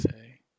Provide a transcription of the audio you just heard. say